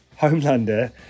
Homelander